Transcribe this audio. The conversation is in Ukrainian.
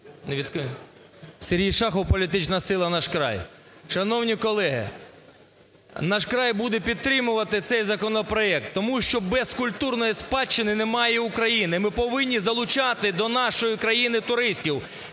Сергій Шахов, політична сила "Наш край". Шановні колеги, "Наш край" буде підтримувати цей законопроект, тому що без культурної спадщини немає України, ми повинні залучати до нашої країни туристів.